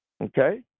okay